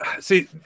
See